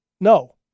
no